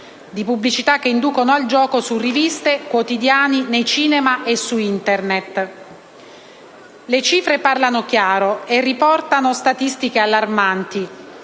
di pubblicità che inducano al gioco su riviste, quotidiani, nei cinema e su Internet. Le cifre parlano chiaro e riportano statistiche allarmanti,